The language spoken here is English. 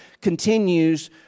continues